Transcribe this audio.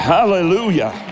Hallelujah